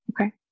okay